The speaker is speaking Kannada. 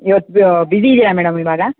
ಇವತ್ತು ಬಿಝಿ ಇದ್ದೀರಾ ಮೇಡಮ್ ಇವಾಗ